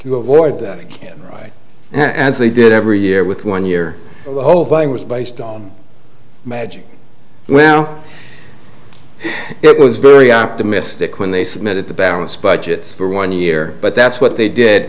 you avoid that and as they did every year with one year the whole thing was based on magic well it was very optimistic when they submitted the balanced budgets for one year but that's what they did